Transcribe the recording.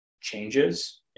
changes